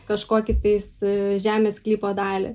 kažkokį tais žemės sklypo dalį